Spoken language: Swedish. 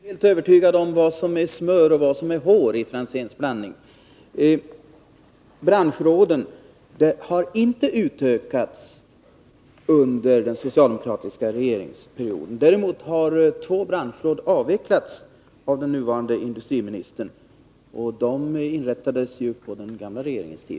Herr talman! Jag är inte helt övertygad om vad som är smör och vad som är hår i Ivar Franzéns blandning. Branschråden har inte utökats under den socialdemokratiska regeringsperioden. Däremot har två branschråd avvecklats av den nuvarande industriministern — och de infördes ju på den gamla regeringens tid.